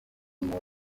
umuntu